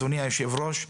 אדוני יושב הראש,